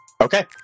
Okay